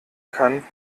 kann